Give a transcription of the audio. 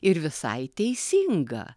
ir visai teisinga